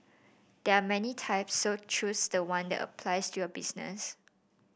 there are many types so choose the one that applies to your business